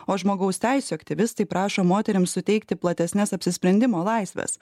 o žmogaus teisių aktyvistai prašo moterims suteikti platesnes apsisprendimo laisves